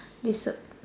disa